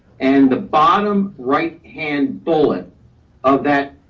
and the bottom right hand bullet of that